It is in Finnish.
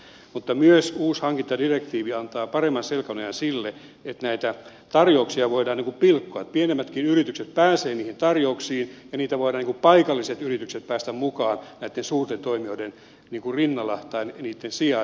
mutta myös uusi hankintadirektiivi antaa paremman selkänojan sille että näitä tar jouksia voidaan pilkkoa että pienemmätkin yritykset pääsevät niihin tarjouksiin mukaan ja paikalliset yritykset voivat päästä mukaan näitten suurten toimijoiden rinnalla tai niitten sijaan